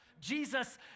Jesus